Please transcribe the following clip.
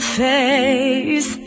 face